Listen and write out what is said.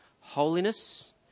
holiness